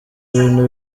bintu